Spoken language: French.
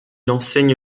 enseigne